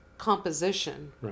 composition